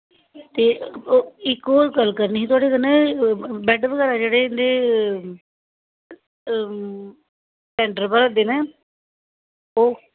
ते इक होर गल्ल करनी ही तोआढ़े कन्नैं बैड्ड बगैरा जेह्ड़े इं'दे टैंडर भरदे न ओह्